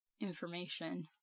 information